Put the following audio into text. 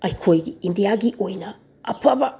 ꯑꯩꯈꯣꯏꯒꯤ ꯏꯟꯗꯤꯌꯥꯒꯤ ꯑꯣꯏꯅ ꯑꯐꯕ